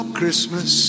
Christmas